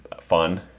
fun